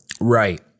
right